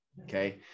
okay